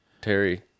Terry